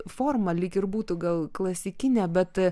forma lyg ir būtų gal klasikinė bet